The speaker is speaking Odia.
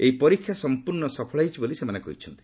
ଏହି ପରୀକ୍ଷା ସମ୍ପର୍ଣ୍ଣ ସଫଳ ହୋଇଛି ବୋଲି ସେମାନେ କହିଛନ୍ତି